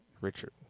Richard